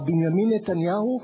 מר בנימין נתניהו,